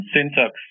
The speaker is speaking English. syntax